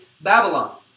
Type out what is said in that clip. Babylon